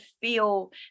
feel